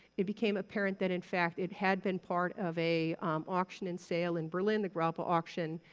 it became apparent that in fact it had been part of a auction and sale in berlin, the graupe ah auction,